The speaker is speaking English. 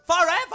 forever